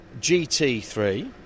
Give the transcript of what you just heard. GT3